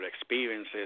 experiences